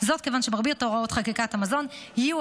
זאת כיוון שמרבית הוראות חקיקת המזון יהיו